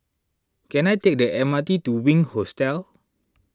can I take the M R T to Wink Hostel